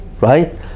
right